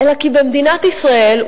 אלא כי במדינת ישראל,